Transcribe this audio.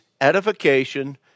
edification